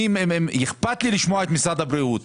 אני רוצה לשמוע את משרד הבריאות,